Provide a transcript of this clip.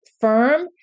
firm